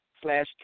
slash